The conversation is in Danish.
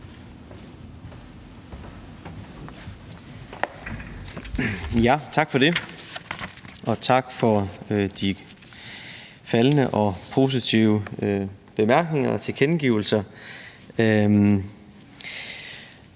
Tak for det. Og tak for de faldne og positive bemærkninger og tilkendegivelser.